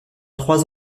trois